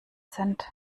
sind